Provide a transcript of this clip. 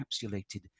encapsulated